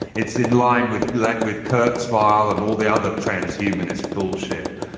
it's in line with like with kurts file and all the other transhumanist bullshit.